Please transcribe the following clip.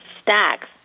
stacks